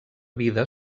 vida